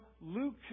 Luke